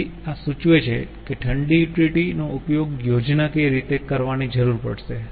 તેથી આ સૂચવે છે કે ઠંડી યુટિલિટી નો ઉપયોગ યોજનાકીય રીતે કરવાની જરૂર પડશે